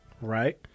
Right